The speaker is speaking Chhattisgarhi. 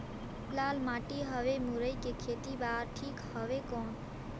लाल माटी हवे मुरई के खेती बार ठीक हवे कौन?